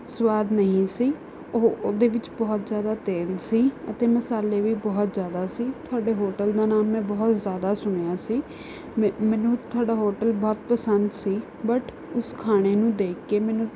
ਸਵਾਦ ਨਹੀਂ ਸੀ ਉਹ ਉਹਦੇ ਵਿੱਚ ਬਹੁਤ ਜ਼ਿਆਦਾ ਤੇਲ ਸੀ ਅਤੇ ਮਸਾਲੇ ਵੀ ਬਹੁਤ ਜ਼ਿਆਦਾ ਸੀ ਤੁਹਾਡੇ ਹੋਟਲ ਦਾ ਨਾਮ ਮੈਂ ਬਹੁਤ ਜ਼ਿਆਦਾ ਸੁਣਿਆ ਸੀ ਮ ਮੈਨੂੰ ਤੁਹਾਡਾ ਹੋਟਲ ਬਹੁਤ ਪਸੰਦ ਸੀ ਬਟ ਉਸ ਖਾਣੇ ਨੂੰ ਦੇਖ ਕੇ ਮੈਨੂੰ